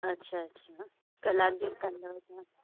अच्छा अच्छा कलाक जो ई कंदव तव्हां